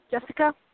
Jessica